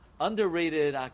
underrated